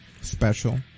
special